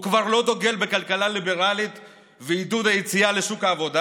הוא כבר לא דוגל בכלכלה ליברלית ועידוד היציאה לשוק העבודה?